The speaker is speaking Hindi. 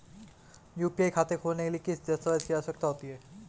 यू.पी.आई खाता खोलने के लिए किन दस्तावेज़ों की आवश्यकता होती है?